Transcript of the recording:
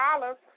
dollars